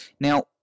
now